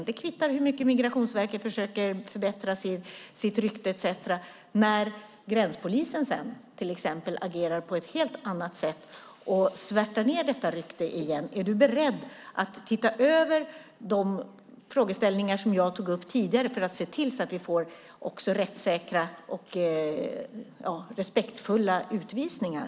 Det kvittar hur mycket Migrationsverket försöker förbättra sitt rykte etcetera när gränspolisen sedan agerar på ett helt annat sätt och svärtar ned detta rykte igen. Är du beredd att titta över de frågeställningar som jag tog upp tidigare för att se till att vi också får rättssäkra och respektfulla utvisningar?